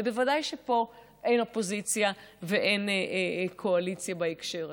ובוודאי שאין אופוזיציה ואין קואליציה בהקשר הזה.